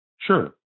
Sure